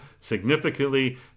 significantly